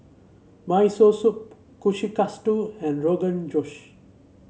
Miso Soup Kushikatsu and Rogan Josh